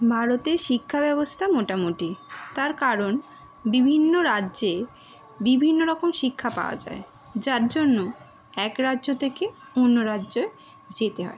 ভারতের শিক্ষা ব্যবস্থা মোটামুটি তার কারণ বিভিন্ন রাজ্যে বিভিন্ন রকম শিক্ষা পাওয়া যায় যার জন্য এক রাজ্য থেকে অন্য রাজ্যে যেতে হয়